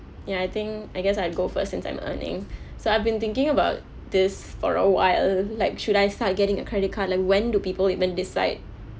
ya I think I guess I'll go first since I'm earning so I've been thinking about this for a while like should I start getting a credit card like when do people even decide